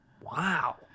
Wow